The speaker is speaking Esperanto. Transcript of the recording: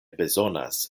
bezonas